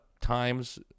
times